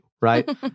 right